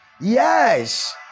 Yes